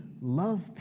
love